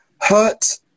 hurt